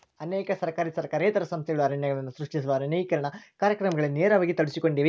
ಅನೇಕ ಸರ್ಕಾರಿ ಸರ್ಕಾರೇತರ ಸಂಸ್ಥೆಗಳು ಅರಣ್ಯಗಳನ್ನು ಸೃಷ್ಟಿಸಲು ಅರಣ್ಯೇಕರಣ ಕಾರ್ಯಕ್ರಮಗಳಲ್ಲಿ ನೇರವಾಗಿ ತೊಡಗಿಸಿಕೊಂಡಿವೆ